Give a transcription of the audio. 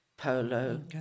polo